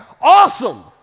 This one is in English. awesome